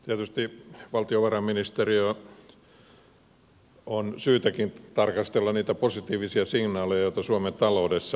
tietysti valtiovarainministeriön on syytäkin tarkastella niitä positiivisia signaaleja joita suomen taloudessa on